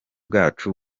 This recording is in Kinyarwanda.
bwacu